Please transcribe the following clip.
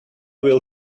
will